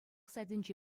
сайтӗнче